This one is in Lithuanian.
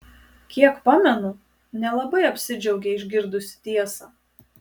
kiek pamenu nelabai apsidžiaugei išgirdusi tiesą